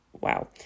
wow